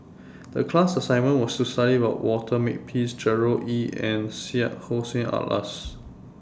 The class assignment was to study about Walter Makepeace Gerard Ee and Syed Hussein Alatas